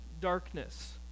darkness